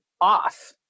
off